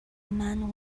man